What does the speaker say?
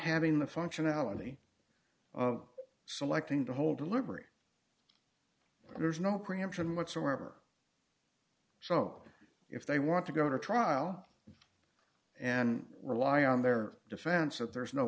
having the functionality of selecting the whole delivery there's no preemption whatsoever truck if they want to go to trial and rely on their defense that there's no